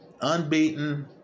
unbeaten